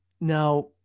now